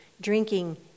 drinking